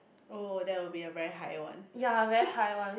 oh that will be a very high one